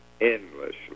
endlessly